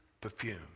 perfume